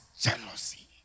jealousy